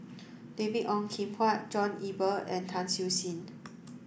David Ong Kim Huat John Eber and Tan Siew Sin